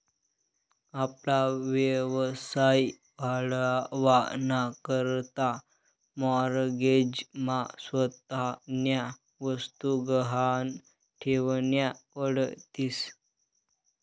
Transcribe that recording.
आपला व्यवसाय वाढावा ना करता माॅरगेज मा स्वतःन्या वस्तु गहाण ठेवन्या पडतीस